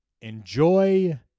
enjoy